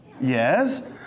Yes